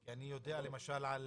כי אני יודע למשל על